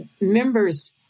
members